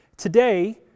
Today